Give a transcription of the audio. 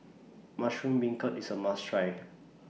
Mushroom Beancurd IS A must Try